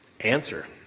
answer